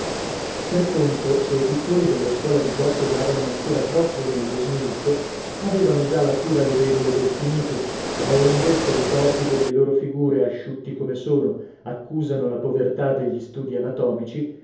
per contro se i pittori della scuola di giotto davano ancora troppo nello smilzo avevano già la cura lodevole del finito laonde se i corpi delle loro figure asciutti come sono accusano la povertà degli studi anatomici